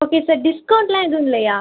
okay sir டிஸ்கவுண்ட்டெலாம் எதுவும் இல்லையா